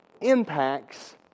impacts